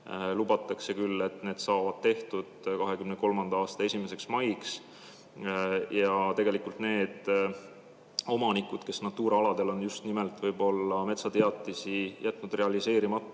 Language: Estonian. Lubatakse küll, et need saavad tehtud 2023. aasta 1. maiks. Need omanikud, kes Natura aladel on just nimelt võib-olla metsateatisi jätnud realiseerimata